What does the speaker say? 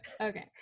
okay